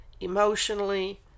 emotionally